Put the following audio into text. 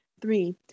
Three